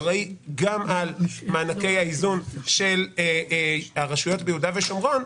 משרד הפנים אחראי גם על מענקי האיזון של הרשויות ביהודה ושומרון.